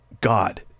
God